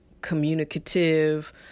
communicative